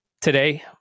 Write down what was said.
today